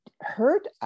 hurt